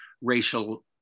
racial